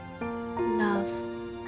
love